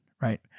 right